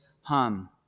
hum